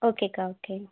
okay அக்கா okay